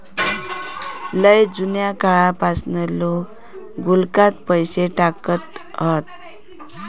लय जुन्या काळापासना लोका गुल्लकात पैसे टाकत हत